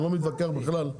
ואני לא מתווכח על זה בכלל.